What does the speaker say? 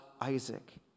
Isaac